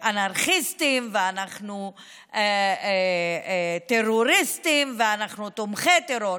אנרכיסטים, שאנחנו טרוריסטים ושאנחנו תומכי טרור,